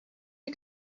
you